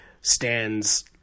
stands